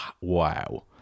wow